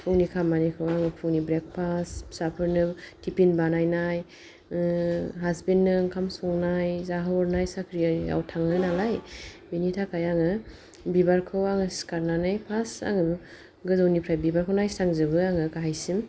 फुंनि खामानिखौ आङो फुंनि ब्रेकफास्ट फिसाफोरनो टिफिन बानायनाय हासबेन्दनो ओंखाम संनाय जाहोहरनाय साख्रिआव थाङो नालाय बेनि थाखाय आङो बिबारखौ आङो सिखारनानै फार्स्त आङो गोजौनिफ्राय बिबारखौ नायस्राजोंबो आङो गाहायसिम